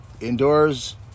indoors